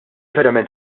verament